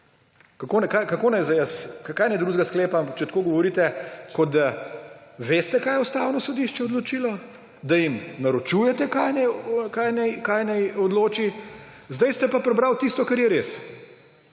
Kaj naj drugega sklepam, če tako govorite, kot da veste, kaj je Ustavno sodišče odločilo, da jim naročate, kaj naj odloči? Zdaj ste pa prebrali tisto, kar je res.